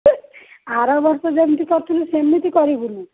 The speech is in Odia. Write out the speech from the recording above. ଆର ବର୍ଷ ଯେମିତି କରିଥିଲୁ ସେମିତି କରିବୁନି